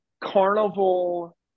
carnival